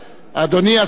חברי חברי הכנסת,